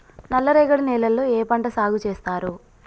నల్లరేగడి నేలల్లో ఏ పంట సాగు చేస్తారు?